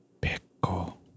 pickle